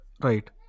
Right